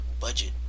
budget